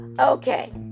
Okay